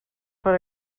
per